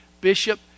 Bishop